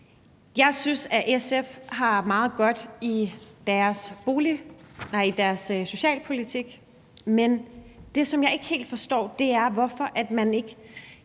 Jeg synes, at SF har meget godt i sin socialpolitik, men det, som jeg ikke helt forstår, er, hvorfor det ikke